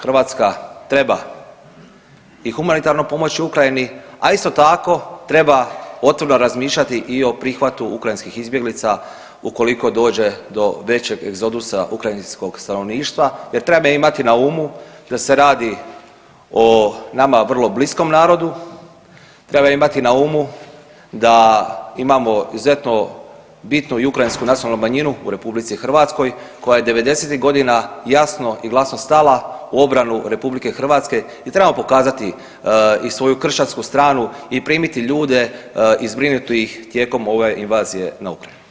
Hrvatska treba i humanitarno pomoći Ukrajini, a isto tako treba otvoreno razmišljati i o prihvatu ukrajinskih izbjeglica ukoliko dođe do većeg egzodusa ukrajinskog stanovništva jer treba imati na umu da se radio o nama vrlo bliskom narodu, treba imati na umu da imamo izuzetno bitnu i ukrajinsku nacionalnu manjinu u RH koja je '90.-tih godina jasno i glasno stala u obranu RH i trebamo pokazati i svoju kršćansku stranu i primiti ljude i zbrinuti iz tijekom ove invazije na Ukrajinu.